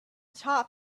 top